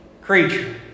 creature